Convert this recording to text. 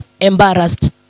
embarrassed